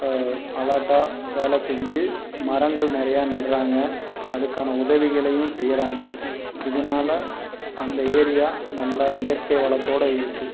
அலார்ட்டாக வேலை செஞ்சு மரங்கள் நிறையா நடுறாங்க அதுக்கான உதவிகளையும் செய்றாங்க இதுனால அந்த ஏரியா நல்ல இயற்கை வளத்தோட இருக்கு